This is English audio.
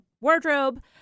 Wardrobe